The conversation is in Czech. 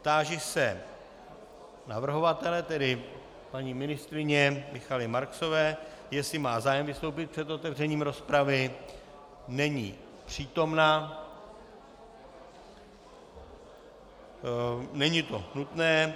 Táži se navrhovatele, tedy paní ministryně Michaely Marksové, jestli má zájem vystoupit před otevřením rozpravy není přítomna, není to nutné.